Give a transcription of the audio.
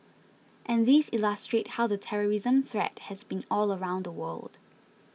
and these illustrate how the terrorism threat has been all around the world